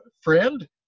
friend